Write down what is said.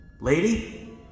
Lady